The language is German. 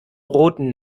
roten